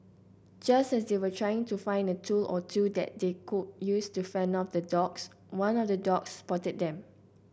just as they were trying to find a tool or two that they could use to fend off the dogs one of the dogs spotted them